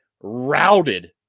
routed